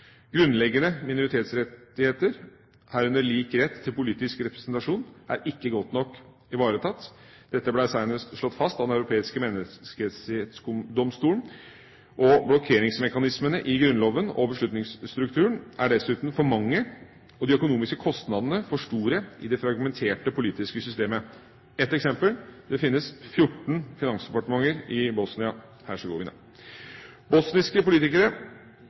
Grunnleggende minoritetsrettigheter, herunder lik rett til politisk representasjon, er ikke godt nok ivaretatt. Dette ble senest slått fast av Den europeiske menneskerettighetsdomstol, og blokkeringsmekanismene i grunnloven og beslutningsstrukturen er dessuten for mange og de økonomiske kostnadene for store i det fragmenterte politiske systemet. Ett eksempel: Det finnes 14 finansdepartementer i Bosnia-Hercegovina. Bosniske politikere